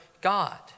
God